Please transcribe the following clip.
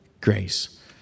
grace